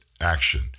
action